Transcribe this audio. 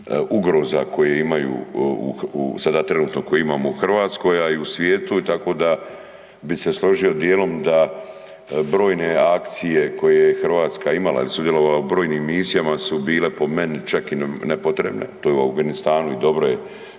koje imamo u Hrvatskoj a i u svijetu tako da bi se složio djelom da brojne akcije koje je Hrvatska imala ili sudjelovala u brojnim misijama su bile po meni čak i nepotrebne, to u Afganistanu i dobro je